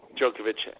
Djokovic